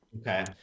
okay